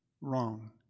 wrong